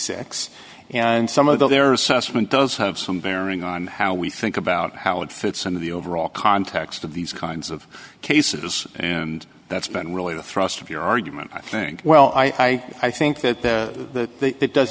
six and some of their assessment does have some bearing on how we think about how it fits into the overall context of these kinds of cases and that's been really the thrust of your argument i think well i i think that the it does